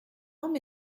homme